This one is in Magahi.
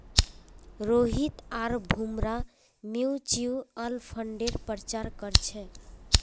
रोहित आर भूमरा म्यूच्यूअल फंडेर प्रचार कर छेक